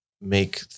make